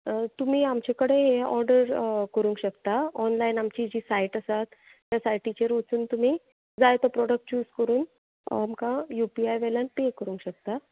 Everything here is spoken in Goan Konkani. तुमी आमचे कडेन हें ऑडर करूंक शकता ऑनलायन आमची जी सायट आसात त्या सायटीचेर वचून तुमी जाय तो प्रॉडक्ट चूज करून आमकां यु पी आय वेल्यान पे करूंक शकता